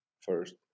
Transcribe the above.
first